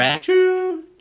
two